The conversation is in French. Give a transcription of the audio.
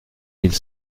mille